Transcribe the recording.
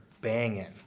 banging